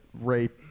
rape